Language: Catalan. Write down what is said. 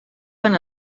van